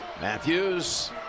Matthews